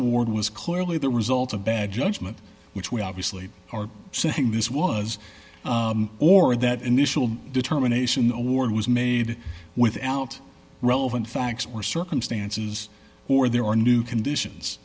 award was clearly the result of bad judgment which we obviously are saying this was or that initial determination award was made without relevant facts or circumstances or there are new conditions